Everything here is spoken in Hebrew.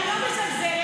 למה לזלזל?